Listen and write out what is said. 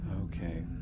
Okay